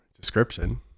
description